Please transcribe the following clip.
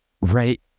right